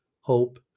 hope